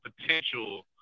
potential